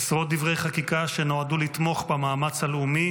עשרות דברי חקיקה שנועדו לתמוך במאמץ הלאומי